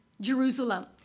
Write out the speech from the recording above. Jerusalem